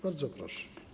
Bardzo proszę.